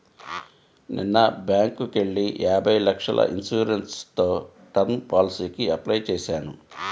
నిన్న బ్యేంకుకెళ్ళి యాభై లక్షల ఇన్సూరెన్స్ తో టర్మ్ పాలసీకి అప్లై చేశాను